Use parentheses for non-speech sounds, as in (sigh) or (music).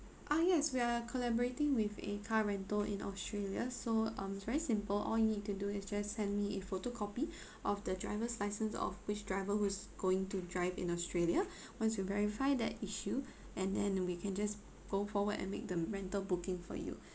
ah yes we are collaborating with a car rental in australia so um it's very simple all you need to do is just send me a photocopy (breath) of the driver's license of which driver who's going to drive in australia (breath) once you verify that issue and then we can just go forward and make the rental booking for you